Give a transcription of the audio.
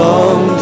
Long